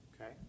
Okay